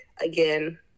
again